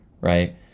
right